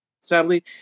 sadly